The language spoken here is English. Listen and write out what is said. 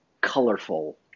Colorful